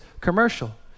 commercial